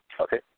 Okay